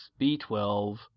B12